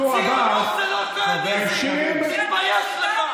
אותו מנסור עבאס כינה אותו, תתבייש לך.